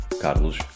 Carlos